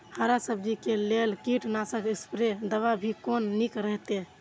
हरा सब्जी के लेल कीट नाशक स्प्रै दवा भी कोन नीक रहैत?